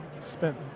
spent